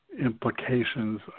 implications